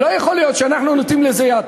לא יכול להיות שאנחנו נותנים לזה יד.